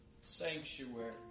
sanctuary